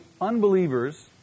unbelievers